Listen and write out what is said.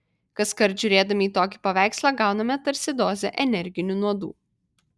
kaskart žiūrėdami į tokį paveikslą gauname tarsi dozę energinių nuodų